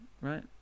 right